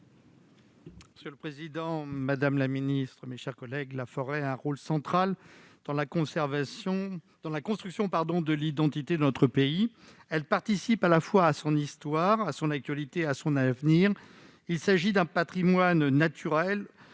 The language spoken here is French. Monsieur le ministre, la forêt a un rôle central dans la construction de l'identité de notre pays. Elle participe à la fois à son histoire, à son actualité et à son avenir. Il s'agit d'un patrimoine naturel